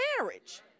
marriage